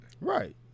Right